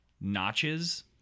notches